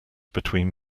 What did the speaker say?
between